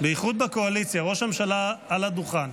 בייחוד בקואליציה, ראש הממשלה על הדוכן.